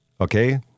Okay